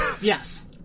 Yes